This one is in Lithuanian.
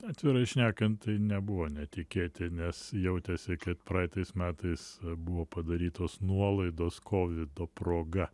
atvirai šnekant tai nebuvo netikėti nes jautėsi kad praeitais metais buvo padarytos nuolaidos kovido proga